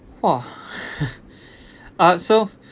!wah! ah so